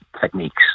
techniques